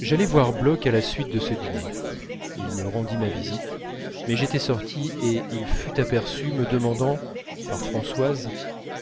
j'allai voir bloch à la suite de ce dîner il me rendit ma visite mais j'étais sorti et il fut aperçu me demandant par françoise